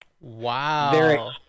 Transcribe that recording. Wow